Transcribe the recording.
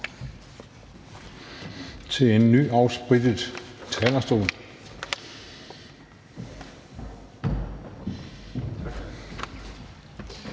på en nyafsprittet talerstol